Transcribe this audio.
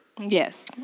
Yes